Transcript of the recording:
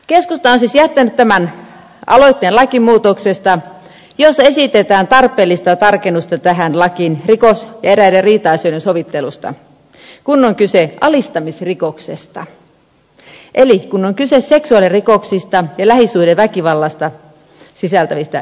keskusta on siis jättänyt tämän aloitteen lakimuutoksesta jossa esitetään tarpeellista tarkennusta tähän lakiin rikos ja eräiden riita asioiden sovittelusta kun on kyse alistamisrikoksesta eli kun on kyse seksuaalirikoksista ja lähisuhdeväkivaltaa sisältävistä rikoksista